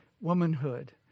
womanhood